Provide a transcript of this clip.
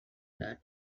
that